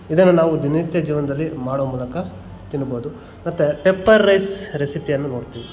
ಇದನ್ನು ನಾವು ದಿನನಿತ್ಯ ಜೀವನದಲ್ಲಿ ಮಾಡುವ ಮೂಲಕ ತಿನ್ಬೋದು ಮತ್ತು ಪೆಪ್ಪರ್ ರೈಸ್ ರೆಸಿಪಿಯನ್ನು ನೋಡ್ತೀವಿ